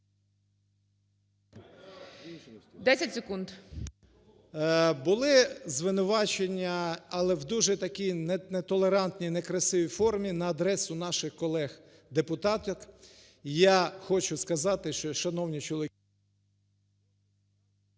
Були звинувачення, але в дуже такийнетолерантній, некрасивій формі на адресу наших колег-депутаток. Я хочу сказати, що, шановні чоловіки…